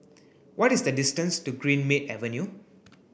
what is the distance to Greenmead Avenue